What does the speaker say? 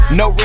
no